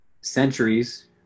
centuries